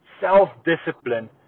self-discipline